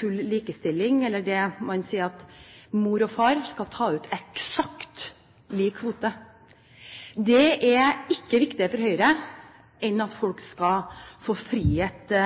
full likestilling – eller det man sier om at mor og far skal ta ut eksakt lik kvote. Dét er ikke viktigere for Høyre enn at folk skal få frihet